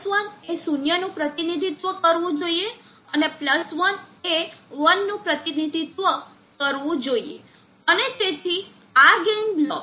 1 એ શૂન્યનું પ્રતિનિધિત્વ કરવું જોઈએ અને 1 એ 1 નું પ્રતિનિધિત્વ કરવું જોઈએ અને તેથી આ ગેઇન બ્લોક